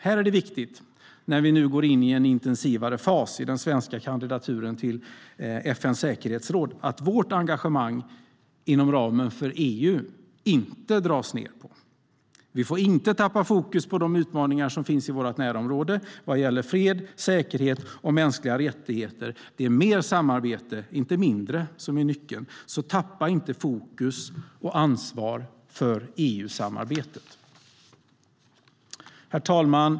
Här är det viktigt, när vi nu går in i en intensivare fas vad gäller den svenska kandidaturen till FN:s säkerhetsråd, att vårt engagemang inom ramen för EU inte dras ned. Vi får inte tappa fokus på de utmaningar som finns i vårt närområde vad gäller fred, säkerhet och mänskliga rättigheter. Det är mer samarbete, inte mindre, som är nyckeln. Tappa därför inte fokus på och ansvar för EU-samarbetet! Herr talman!